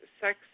sex